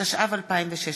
התשע"ו 2016,